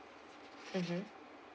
mmhmm